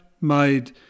made